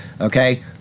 okay